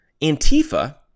Antifa